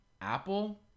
Apple